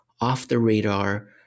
off-the-radar